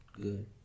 good